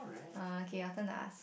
uh kay your turn lah